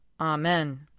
Amen